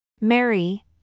Mary